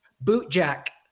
Bootjack